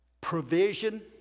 provision